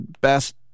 best